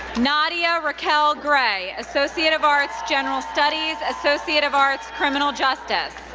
nadia raquel gray, associate of arts, general studies, associate of arts, criminal justice,